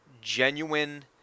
genuine